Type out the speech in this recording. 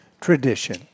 tradition